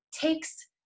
takes